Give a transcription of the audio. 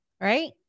Right